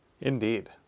indeed